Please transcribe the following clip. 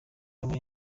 kagame